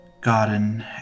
Garden